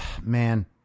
man